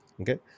Okay